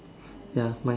ya mine